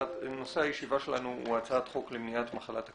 נושא הישיבה שלנו הוא הצעת חוק למניעת מחלת הכלבת.